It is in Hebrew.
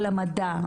או למדע,